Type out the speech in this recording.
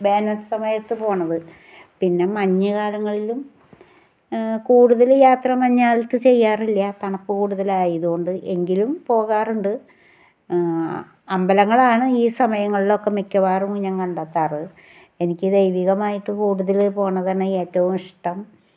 വേനൽ സമയത്ത് പോവുന്നത് പിന്നെ മഞ്ഞ് കാലങ്ങളിലും കൂടുതൽ യാത്ര മഞ്ഞുകാലത്ത് ചെയ്യാറില്ല തണുപ്പ് കൂടുതൽ ആയതുകൊണ്ട് എങ്കിലും പോകാറുണ്ട് അമ്പലങ്ങളാണ് ഈ സമയങ്ങളിലൊക്കെ മിക്കവാറും ഞാൻ കണ്ടെത്താറ് എനിക്ക് ദൈവീകമായിട്ട് കൂടുതൽ പോവുന്നതാണ് ഏറ്റവും ഇഷ്ടം